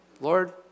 Lord